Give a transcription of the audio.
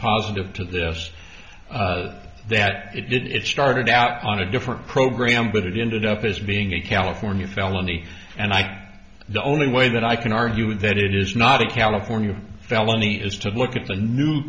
positive to this that it started out on a different program but it ended up as being a california felony and i think the only way that i can argue that it is not a california felony is to look at the new